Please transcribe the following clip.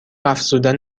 افزودن